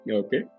okay